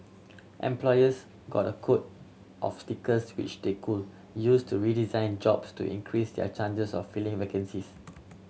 employers got a quota of stickers which they could use to redesign jobs to increase their chances of filling vacancies